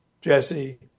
Jesse